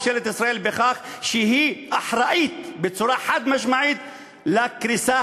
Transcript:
את ממשלת ישראל בכך שהיא אחראית בצורה חד-משמעית לקריסה